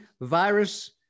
virus